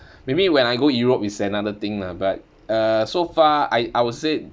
maybe when I go europe is another thing lah but uh so far I I would say